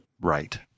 right